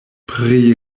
pri